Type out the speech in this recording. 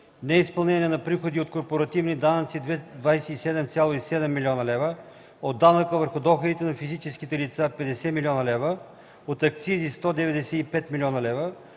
неизпълнение на приходите от корпоративни данъци – 27,7 млн. лв., от данъка върху доходите на физическите лица – 50 млн. лв., от акцизи – 195 млн. лв.,